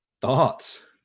Thoughts